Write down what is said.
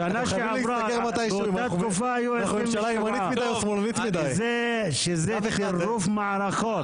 בשנה שעברה באותה תקופה היו 27, שזה טירוף מערכות.